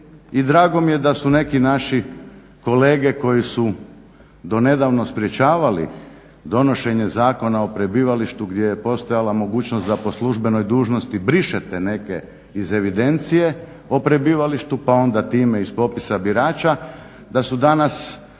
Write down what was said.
I dragom mi je da su neki naši kolege koji su do nedavno sprječavali donošenja Zakona o prebivalištu gdje je postojala mogućnost da po službenoj dužnosti brišete neke iz evidencije o prebivalištu, pa onda time iz popisa birača. Da su danas